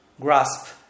grasp